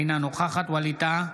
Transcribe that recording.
אינה נוכחת ווליד טאהא,